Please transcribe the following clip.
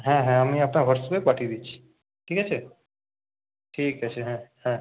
হ্যাঁ হ্যাঁ আমি আপনার হোয়াটসঅ্যাপে পাঠিয়ে দিচ্ছি ঠিক আছে ঠিক আছে হ্যাঁ হ্যাঁ